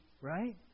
Right